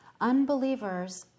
unbelievers